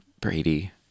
brady